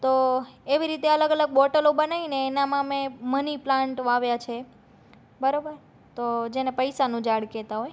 તો એવી રીતે અલગ અલગ બોટલો બનાવીને એનામાં મેં મની પ્લાન્ટ વાવ્યા છે બરોબર તો જેને પૈસાનું ઝાડ કેતા હોય